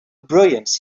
brilliance